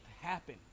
happen